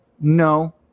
No